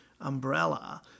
umbrella